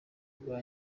bwa